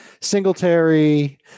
Singletary